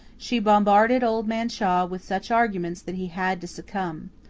she bombarded old man shaw with such arguments that he had to succumb.